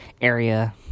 area